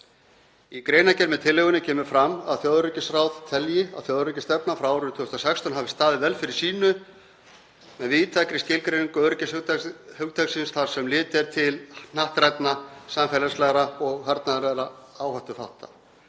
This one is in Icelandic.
Í greinargerð með tillögunni kemur fram að þjóðaröryggisráð telji að þjóðaröryggisstefnan frá árinu 2016 hafi staðið vel fyrir sínu með víðtækri skilgreiningu öryggishugtaksins þar sem litið er til hnattrænna, samfélagslegra og hernaðarlegra áhættuþátta.